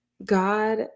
God